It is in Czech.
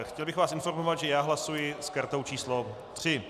Chtěl bych vás informovat, že já hlasuji s kartou číslo 3.